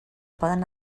poden